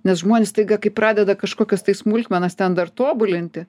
nes žmonės staiga kai pradeda kažkokias tai smulkmenas ten dar tobulinti